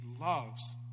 loves